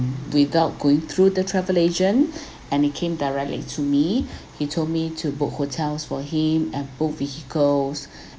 without going through the travel agent and he came directly to me he told me to book hotels for him and book vehicles